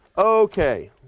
okay.